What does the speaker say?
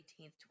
18th